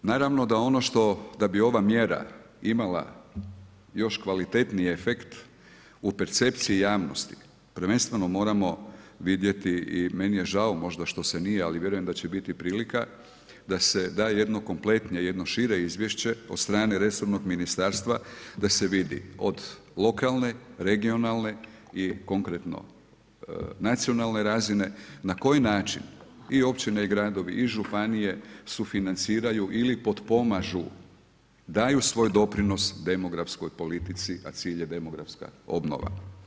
Naravno da ono što, da bi ova mjera imala još kvalitetniji afekt u percepciji javnosti prvenstveno morao vidjeti i meni je žao možda što se nije, ali vjerujem da će biti prilika da se da jedno kompletnije, jedno šire izvješće od strane resornog ministarstva da se vidi od lokalne, regionalne i konkretno nacionalne razine na koji način i općine i gradovi i županije sufinanciraju ili potpomažu, daju svoj doprinos demografskoj politici a cilj je demografska obnova.